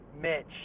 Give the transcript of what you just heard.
Mitch